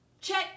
Check